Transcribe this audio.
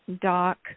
doc